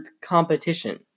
competition